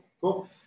Cool